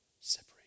Separate